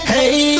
Hey